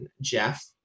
Jeff